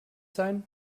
sein